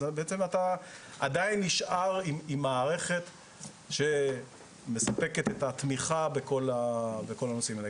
אז בעצם אתה עדיין נשאר עם מערכת שמספקת את התמיכה בכל הנושאים האלה.